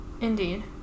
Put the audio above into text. indeed